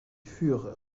furent